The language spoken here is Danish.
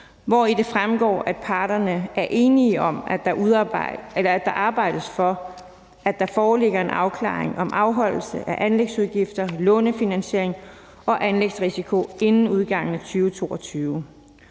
hvori det fremgår, at parterne er enige om, at der arbejdes for, at der foreligger en afklaring om afholdelse af anlægsudgifter, lånefinansiering og anlægsrisiko inden udgangen af 2022.